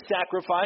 sacrifice